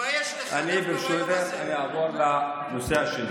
תתבייש לך, דווקא ביום הזה.